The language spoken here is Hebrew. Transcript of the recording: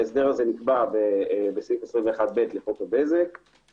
ההסבר הזה נקבע בסעיף 21ב לחוק התקשורת,